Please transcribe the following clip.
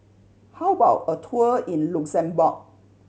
how about a tour in Luxembourg